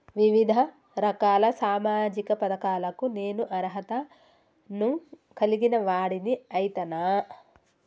వివిధ రకాల సామాజిక పథకాలకు నేను అర్హత ను కలిగిన వాడిని అయితనా?